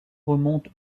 remonte